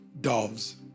doves